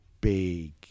big